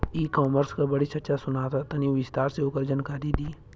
ई कॉमर्स क बड़ी चर्चा सुनात ह तनि विस्तार से ओकर जानकारी दी?